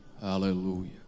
Hallelujah